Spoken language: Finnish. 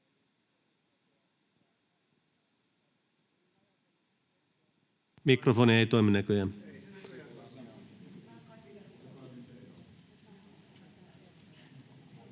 Mikrofoni ei toimi näköjään.